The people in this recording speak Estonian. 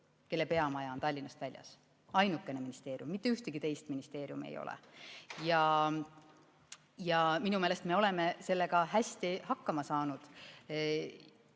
kelle peamaja on Tallinnast väljas. See on ainukene ministeerium, mitte ühtegi teist sellist ministeeriumi ei ole. Minu meelest me oleme sellega hästi hakkama saanud. Samas